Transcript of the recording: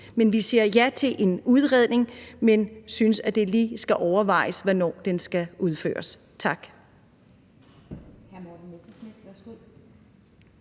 Vi siger ja til en udredning, men synes, at det lige skal overvejes, hvornår den skal udføres. Tak.